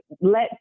let